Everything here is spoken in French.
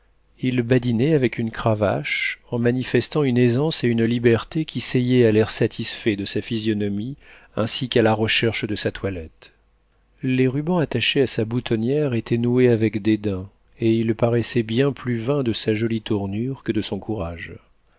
il badinait avec une cravache en manifestant une aisance et une liberté qui séyaient à l'air satisfait de sa physionomie ainsi qu'à la recherche de sa toilette les rubans attachés à sa boutonnière étaient noués avec dédain et il paraissait bien plus vain de sa jolie tournure que de son courage